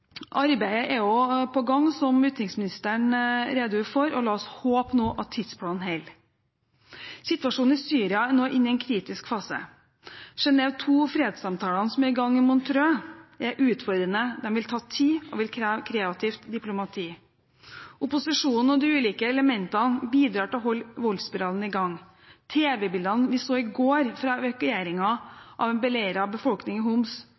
la oss håpe at tidsplanen nå holder. Situasjonen i Syria er nå inne i en kritisk fase. Genève II-fredssamtalene som er i gang i Montreux, er utfordrende, de vil ta tid og vil kreve kreativt diplomati. Opposisjonen og de ulike elementene bidrar til å holde voldsspiralen i gang. Tv-bildene vi så i går fra evakueringen av en beleiret befolkning i Homs